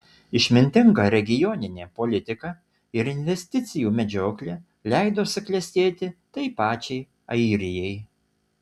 išmintinga regioninė politika ir investicijų medžioklė leido suklestėti tai pačiai airijai